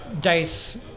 dice